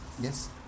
Yes